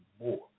more